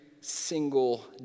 single